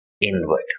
inward